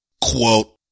Quote